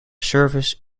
service